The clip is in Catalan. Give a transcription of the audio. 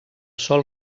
sol